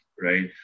right